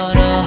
no